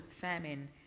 famine